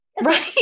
right